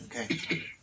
Okay